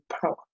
power